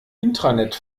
intranet